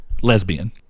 lesbian